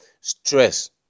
stress